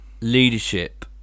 leadership